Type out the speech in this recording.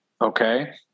Okay